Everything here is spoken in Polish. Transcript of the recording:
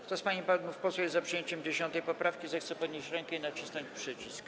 Kto z pań i panów posłów jest za przyjęciem 10. poprawki, zechce podnieść rękę i nacisnąć przycisk.